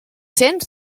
cents